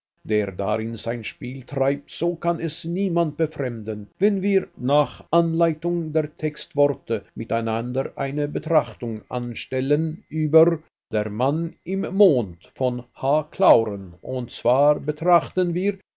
der darin sein spiel treibt so kann es niemand befremden wenn wir nach anleitung der textesworte mit einander eine betrachtung anstellen über den mann im mond von h clauren und zwar betrachten wir